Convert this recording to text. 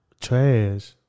Trash